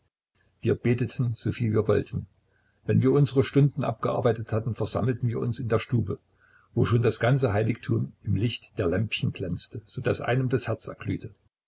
wir beteten soviel wir wollten wenn wir unsere stunden abgearbeitet hatten versammelten wir uns in der stube wo schon das ganze heiligtum im lichte der lämpchen glänzte so daß einem das herz